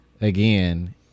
again